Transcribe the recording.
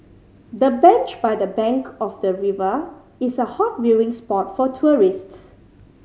the bench by the bank of the river is a hot viewing spot for tourists